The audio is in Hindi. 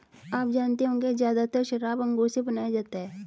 आप जानते होंगे ज़्यादातर शराब अंगूर से बनाया जाता है